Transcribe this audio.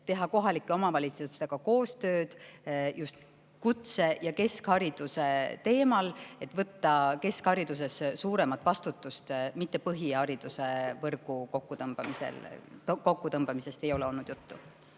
teha kohalike omavalitsustega koostööd just kutse‑ ja keskhariduse teemal, et võtta keskhariduses suuremat vastutust. Põhi[kooli]võrgu kokkutõmbamisest ei ole olnud juttu.